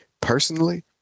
personally